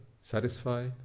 satisfy